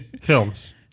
Films